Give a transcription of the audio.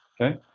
okay